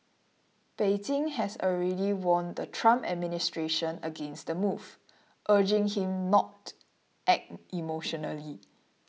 Beijing has already warned the Trump administration against the move urging him not act emotionally